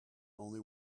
only